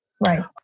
Right